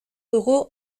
dugu